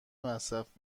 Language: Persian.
مصرف